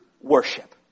worship